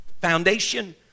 foundation